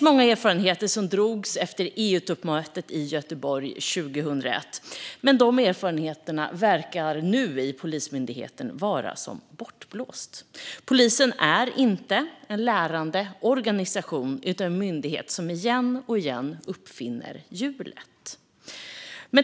Många erfarenheter drogs efter EU-toppmötet i Göteborg 2001, men de erfarenheterna verkar nu vara som bortblåsta i Polismyndigheten. Polisen är inte en lärande organisation utan en myndighet som om och om igen uppfinner hjulet.